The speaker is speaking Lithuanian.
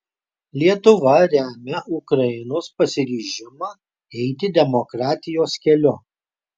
lietuva remia ukrainos pasiryžimą eiti demokratijos keliu